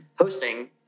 Hosting